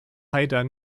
haider